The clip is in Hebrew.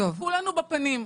צחקו לנו בפנים.